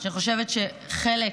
ואני חושבת שחלק